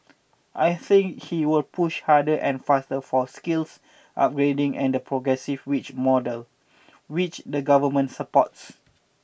I think he will push harder and faster for skills upgrading and the progressive wage model which the government supports